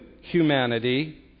humanity